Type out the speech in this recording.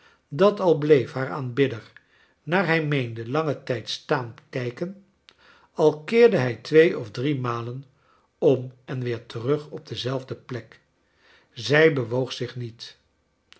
dat al bleef haar aanbidder naar hij meende langen tijd staan kijken al keerde hij twee of drie malen om en weer terug op dezelfde plek zij bewoog zich niet